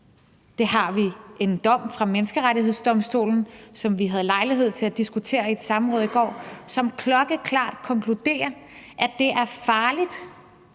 vi har en dom fra Menneskerettighedsdomstolen om det, som vi havde lejlighed til at diskutere i et samråd i går, og de konkluderer klokkeklart, at det er farligt